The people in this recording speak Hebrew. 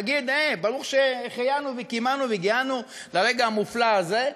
נגיד ברוך שהחיינו וקיימנו והגיענו לרגע המופלא הזה,